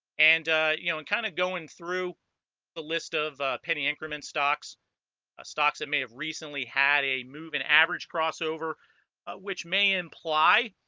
and you know and kind of going through the list of penny increment stocks ah stocks that may have recently had a moving average crossover which may imply